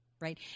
right